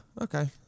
Okay